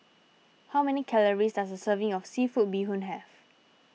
how many calories does a serving of Seafood Bee Hoon have